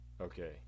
Okay